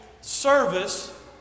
service